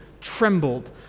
trembled